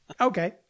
Okay